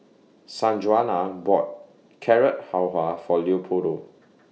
Sanjuana bought Carrot Halwa For Leopoldo